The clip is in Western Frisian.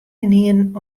ynienen